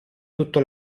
tutto